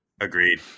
Agreed